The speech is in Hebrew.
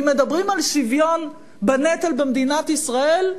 אם מדברים על שוויון בנטל במדינת ישראל,